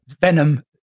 venom